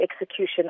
execution